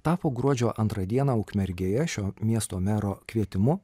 tapo gruodžio antrą dieną ukmergėje šio miesto mero kvietimu